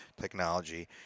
Technology